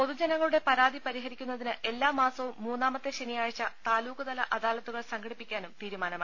പൊതുജനങ്ങളുടെ പരാതി പരിഹരിക്കുന്നതിന് എല്ലാ മാസവും മൂന്നാമത്തെ ശനിയാഴ്ച താലൂക്ക്തല അദാലത്തു കൾ സംഘടിപ്പിക്കാനും തീരുമാനമായി